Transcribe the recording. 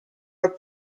are